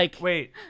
wait